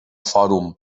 fòrum